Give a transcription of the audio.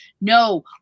No